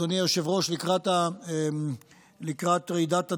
אדוני היושב-ראש, לקראת רעידת אדמה,